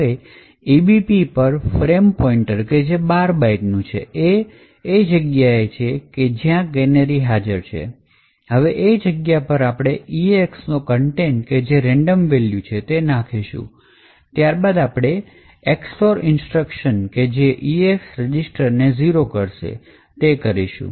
હવે EBP પર frame pointer કે જે ૧૨ બાઈટનું છે એ એ જગ્યા છે કે જ્યાં કેનેરી હાજર છે હવે એ જગ્યા પર આપણે EAXનો કન્ટેન્ટ કે જે રેન્ડમ વેલ્યુ છે તે નાખીશું ત્યારબાદ આપણે Ex OR ઇન્સ્ટ્રક્શન કે જે EAX રજીસ્ટર ને ઝીરો કરશે તે વાત કરીશું